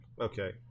Okay